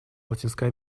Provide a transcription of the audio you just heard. латинской